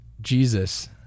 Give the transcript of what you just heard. Jesus